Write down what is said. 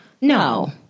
No